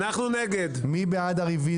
הצבעה בעד הרביזיה